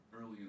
early